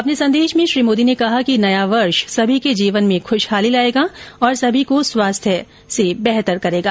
अपने संदेश में श्री मोदी ने कहा कि नया वर्ष सभी के जीवन में खुशहाली लाएगा और सभी को स्वास्थ्य बेहतर रहेगा